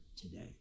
today